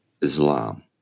Islam